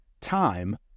time